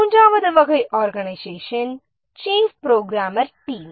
மூன்றாவது வகை organisation chief programmer team